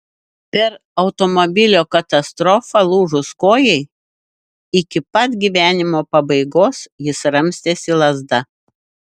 per automobilio katastrofą lūžus kojai iki pat gyvenimo pabaigos jis ramstėsi lazda